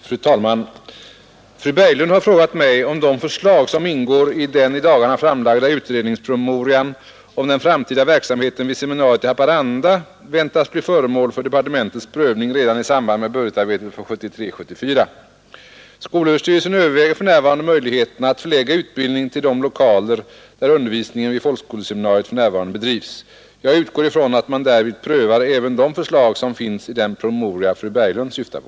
Fru talman! Fru Berglund har frågat mig, om de förslag som ingår i den i dagarna framlagda utredningspromemorian om den framtida verksamheten vid seminariet i Haparanda väntas blir föremål för departementets prövning redan i samband med budgetarbetet för 1973/74. Skolöverstyrelsen övervägar för närvarande möjligheterna att förlägga utbildning till de lokaler där undervisningen vid folkskoleseminariet för närvarande bedrivs. Jag utgår från att man därvid prövar även de förslag som finns i den promemoria fru Berglund syftar på.